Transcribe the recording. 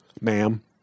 ma'am